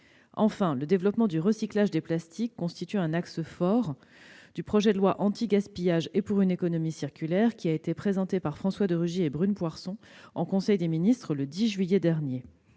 Enfin, le développement du recyclage des plastiques constitue un axe fort du projet de loi anti-gaspillage et pour une économie circulaire, présenté par François de Rugy et Brune Poirson en conseil des ministres le 10 juillet dernier.